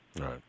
Right